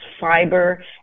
fiber